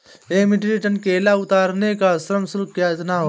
एक metric ton केला उतारने का श्रम शुल्क कितना होगा?